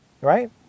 right